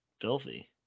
filthy